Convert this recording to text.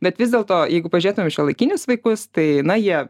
bet vis dėlto jeigu pažiūrėtumėm į šiuolaikinius vaikus tai na jie